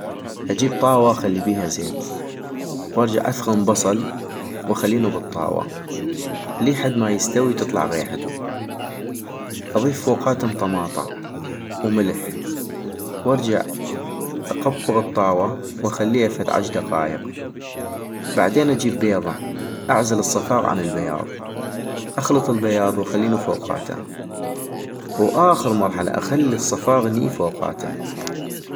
اجيب طاوة اخلي بيها زيت، وارجع اثغم بصل واخلينو بالطاوة، لي حد ما يستوي وتطلع غيحتو، اضيف فوقاتم طماطة وملح، وارجع اقبغ الطاوة واخليها فد عشغ دقايق ،- بعدين اجيب بيضة، اعزل الصفاغ عن البياض، اخلط البياض واخلينو فوقاتا، - واخر مرحلة اخلي الصفاغ ني فوقاتم